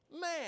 Man